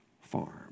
farm